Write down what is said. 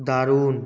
দারুণ